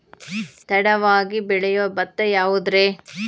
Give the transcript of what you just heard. ತಡವಾಗಿ ಬೆಳಿಯೊ ಭತ್ತ ಯಾವುದ್ರೇ?